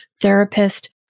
therapist